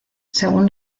según